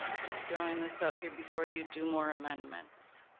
i'm just throwing this out here before you do more amendments.